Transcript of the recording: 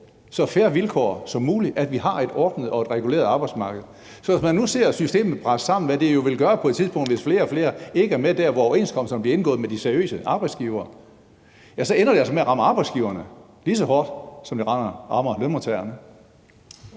så fair vilkår som muligt; at vi har et ordnet og reguleret arbejdsmarked. Så hvis man nu ser systemet bryde sammen, hvad det jo vil gøre på et tidspunkt, hvis flere og flere ikke er med der, hvor overenskomsterne bliver indgået med de seriøse arbejdsgivere, ja, så ender det altså med at ramme arbejdsgiverne lige så hårdt, som det rammer lønmodtagerne.